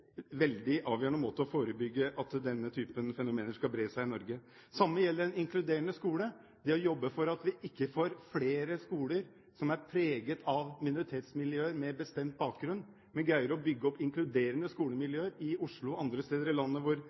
inkluderende skole. Det å jobbe for at vi ikke får flere skoler som er preget av minoritetsmiljøer med bestemt bakgrunn, men greier å bygge opp inkluderende skolemiljøer i Oslo og andre steder i landet